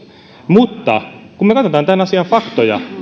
mutta kun me katsomme tämän asian faktoja